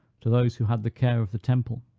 to those who had the care of the temple.